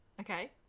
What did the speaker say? Okay